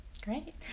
Great